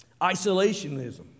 isolationism